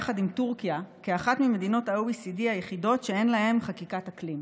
יחד עם טורקיה כאחת ממדינות ה-OECD היחידות שאין להן חקיקת אקלים.